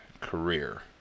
career